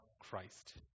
Christ